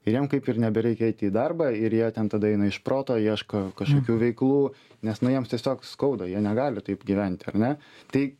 ir jiem kaip ir nebereikia eiti į darbą ir jie ten tada eina iš proto ieško kažkokių veiklų nes nu jiems tiesiog skauda jie negali taip gyventi ar ne tai